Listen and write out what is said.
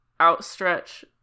outstretch